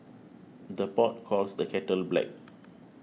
the pot calls the kettle black